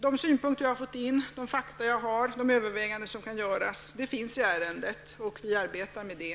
De synpunkter jag har fått in, de fakta jag har och de överväganden som kan göras arbetar vi nu med vid beredningen.